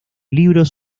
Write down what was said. libros